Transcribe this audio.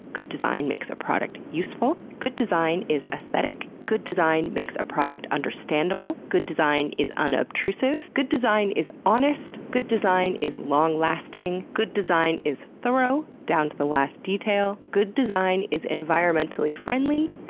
good design makes a product useful. good design is aesthetic. good design makes a product understandable. good design is unobtrusive. good design is honest. good design is long-lasting. good design is thorough, down to the last detail. good design is environmentally friendly.